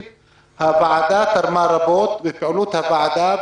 הוועדה תרמה רבות למודעות של האוכלוסייה הערבית.